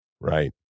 Right